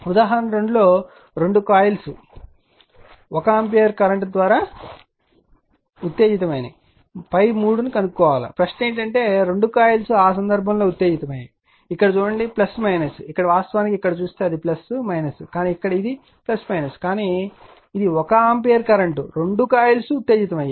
ఉదాహరణ 2 లో రెండు కాయిల్స్ 1 ఆంపియర్ కరెంట్ ద్వారా ఉత్తేజితమైనప్పుడు ∅3 ని కనుగొనండి ప్రశ్న ఏమిటంటే రెండు కాయిల్స్ ఆ సందర్భంలో ఉత్తేజితమయ్యాయి ఇక్కడ చూడండి ఇక్కడ వాస్తవానికి ఇక్కడ చూస్తే అది కానీ ఇక్కడ ఇది కానీ ఇది 1 ఆంపియర్ కరెంట్ రెండూ కాయిల్స్ ఉత్తేజితమయ్యాయి